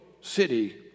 city